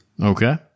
Okay